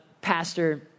pastor